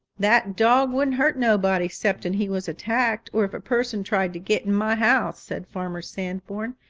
that dog wouldn't hurt nobody, ceptin he was attacked, or if a person tried to git in my house, said farmer sandborn.